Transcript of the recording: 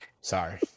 Sorry